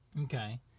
Okay